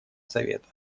совета